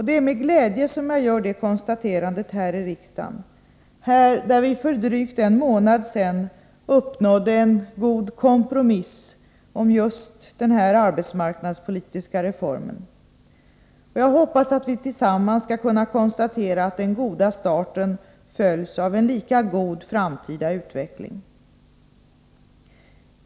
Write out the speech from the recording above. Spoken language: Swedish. Det är med glädje som jag gör det konstaterandet här i riksdagen, här där vi för en dryg månad sedan uppnådde en god kompromiss om just denna arbetsmarknadspolitiska reform. Jag hoppas att vi tillsammans skall kunna konstatera att den goda starten följs av en lika god framtida utveckling.